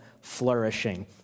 flourishing